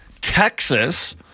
Texas